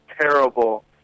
terrible